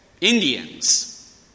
Indians